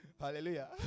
Hallelujah